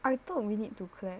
I thought we need to clap